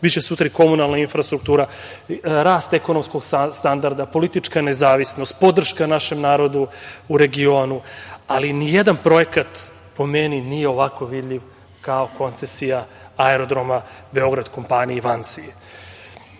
biće sutra i komunalna infrastruktura, rast ekonomskog standarda, politička nezavisnost, podrška našem narodu u regionu, ali ni jedan projekat po meni nije ovako vidljiv kao Koncesija aerodroma Beograd i VANSI.Teško je